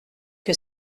que